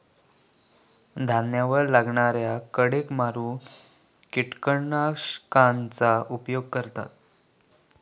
धान्यावर लागणाऱ्या किडेक मारूक किटकनाशकांचा उपयोग करतत